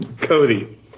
Cody